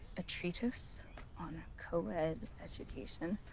a treatise on co-ed education.